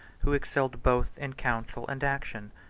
who excelled both in council and action,